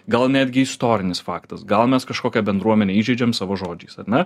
gal netgi istorinis faktas gal mes kažkokią bendruomenę įžeidžiam savo žodžiais ar ne